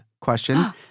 question